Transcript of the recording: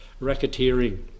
racketeering